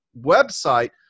website